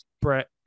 Brett